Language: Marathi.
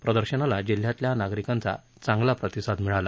प्रदर्शनाला जिल्ह्यातल्या नागरीकांचा चांगला प्रतिसाद मिळाला